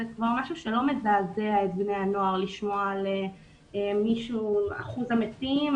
זה כבר משהו שלא מזעזע את בני הנוער לשמוע על אחוז המתים,